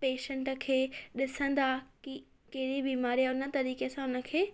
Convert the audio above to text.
patient खे ॾिसंदा कि कहिड़ी बीमारी आहे हुन तरीके सां हुनखे